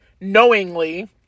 knowingly